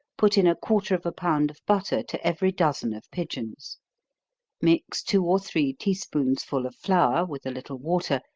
put in a quarter of a pound of butter to every dozen of pigeons mix two or three tea spoonsful of flour, with a little water,